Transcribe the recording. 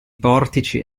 portici